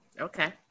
Okay